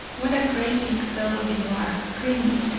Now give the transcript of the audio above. what a great big fellow you are! really,